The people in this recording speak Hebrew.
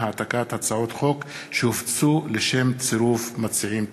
העתקת הצעות חוק שהופצו לשם צירוף מציעים.